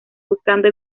buscando